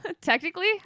Technically